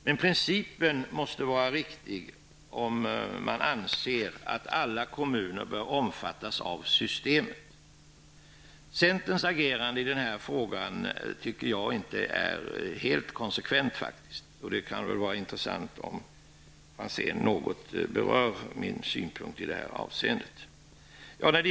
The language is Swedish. Men principen måste vara riktig om man anser att alla kommuner bör omfattas av systemet. Jag tycker att centerns agerande i denna fråga inte är helt konsekvent. Det vore därför intressant om centerns representant berör min synpunkt i detta avseende.